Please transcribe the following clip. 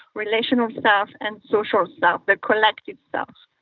relational self, and social self, the collective self.